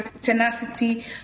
tenacity